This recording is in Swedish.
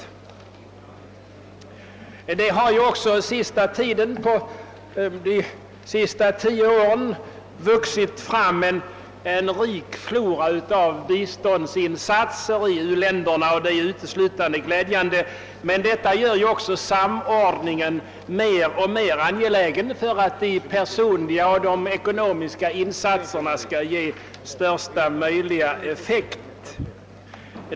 Under de senaste tio åren har det vuxit fram en rik flora av biståndsinsatser i u-länderna. Detta är uteslutande glädjande, men det gör det mer och mer angeläget att en samordning sker, så att de personliga och de ekonomiska insatserna får största möjliga effekt.